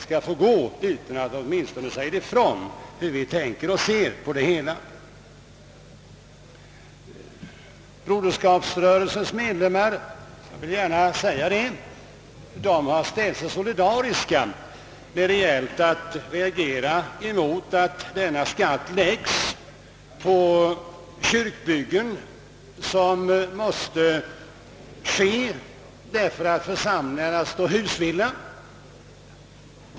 Jag vill också framhålla att Broderskapsrörelsens medlemmar har solidariserat sig med oss när vi reagerar mot att denna skatt pålägges sådana kyrkbyggen som måste komma till stånd därför att församlingarna annars stått husvilla.